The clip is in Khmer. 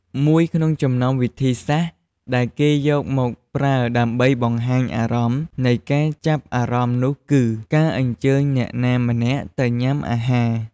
មួយក្នុងចំណោមវិធីសាស្ត្រដែលគេយកមកប្រើដើម្បីបង្ហាញអារម្មណ៍នៃការចាប់អារម្មណ៍នោះគឺ ការអញ្ជើញអ្នកណាម្នាក់ទៅញ៉ាំអាហារ។